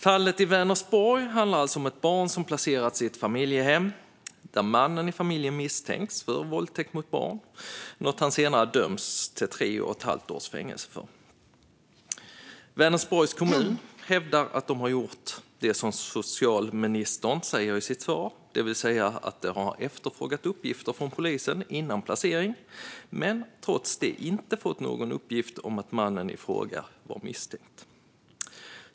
Fallet i Vänersborg handlar alltså om ett barn som placerats i ett familjehem där mannen i familjen misstänktes för våldtäkt mot barn, något han senare dömdes till tre och ett halvt års fängelse för. Vänersborgs kommun hävdar att man har gjort det som socialministern säger i svaret, det vill säga att man har efterfrågat uppgifter från polisen före placering, men trots detta inte fått någon uppgift om att mannen i fråga var misstänkt.